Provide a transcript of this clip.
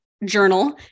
journal